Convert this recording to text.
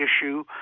issue